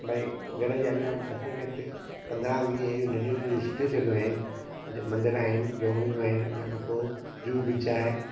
भई घर जे अॻियां घट में घटि पंदरहां वीह अहिड़ियूं नंढियूं नंढियूं सुठी जॻहियूं आहिनि मंदर आहिनि झोपड़ियूं आहिनि उन खां पोइ जुहू बीच आहे